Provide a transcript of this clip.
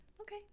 Okay